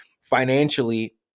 financially